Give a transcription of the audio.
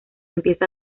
empieza